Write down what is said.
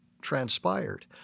transpired